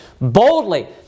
boldly